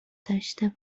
داشته